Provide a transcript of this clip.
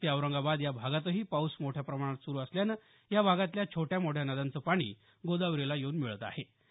नाशिक ते औरंगाबाद या भागातही पाऊस मोठ्या प्रमाणात सुरु असल्यानं या भागातल्या छोट्या मोठ्या नद्यांचं पाणी ही गोदावरीला येऊन मिळत आहे